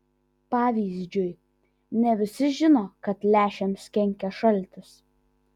pavyzdžiui ne visi žino kad lęšiams kenkia šaltis